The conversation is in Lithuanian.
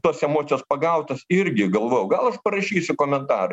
tos emocijos pagautas irgi galvojau gal aš parašysiu komentarą